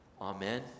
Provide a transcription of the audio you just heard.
Amen